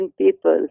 people